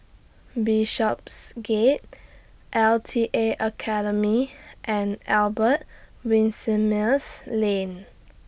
Bishopsgate L T A Academy and Albert Winsemius Lane